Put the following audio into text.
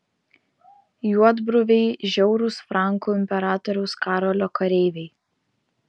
juodbruviai žiaurūs frankų imperatoriaus karolio kareiviai